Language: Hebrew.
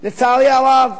לצערי הרב,